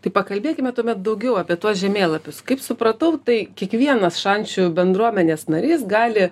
tai pakalbėkime tuomet daugiau apie tuos žemėlapius kaip supratau tai kiekvienas šančių bendruomenės narys gali